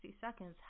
seconds